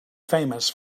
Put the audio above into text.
famous